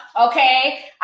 Okay